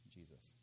Jesus